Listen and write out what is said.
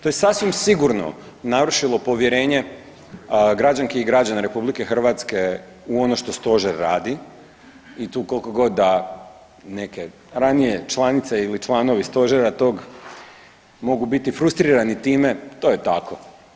To je sasvim sigurno narušilo povjerenje građanki i građana RH u ono što Stožer radi i tu koliko god da neke ranije članice ili članovi Stožera tog mogu biti frustrirani time, to je tako.